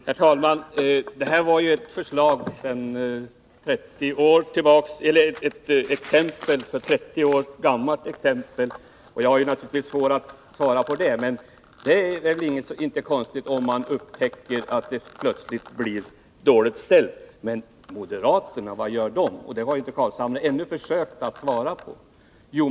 Herr talman! Detta var ett 30 år gammalt exempel, och jag har naturligtvis svårt att kommentera det, men det är väl inte konstigt att en regering plötsligt kan upptäcka att det blivit dåliga tider. Men vad gör moderaterna? — den frågan har herr Carlshamre ännu inte försökt att svara på.